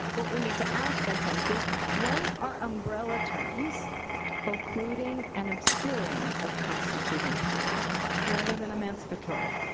what we need to ask, i think, is when are umbrella terms occluding and obscuring of constituting powers rather than emancipatory?